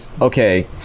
Okay